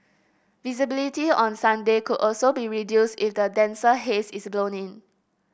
visibility on Sunday could also be reduced if the denser haze is blown in